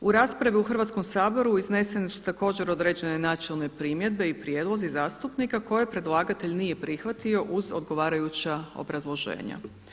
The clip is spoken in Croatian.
U raspravi u Hrvatskom saboru iznesene su također određene načelne primjedbe i prijedlozi zastupnika koje predlagatelj nije prihvatio uz odgovarajuća obrazloženja.